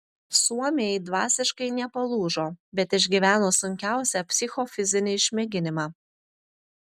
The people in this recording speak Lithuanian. suomiai dvasiškai nepalūžo bet išgyveno sunkiausią psichofizinį išmėginimą